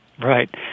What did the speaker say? Right